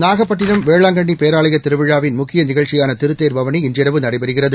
நாகப்பட்டிணம் வேளாங்கண்ணி பேராலய திருவிழாவின் முக்கிய நிகழ்ச்சியான திருத்தேர் பவனி இன்றிரவு நடைபெறுகிறது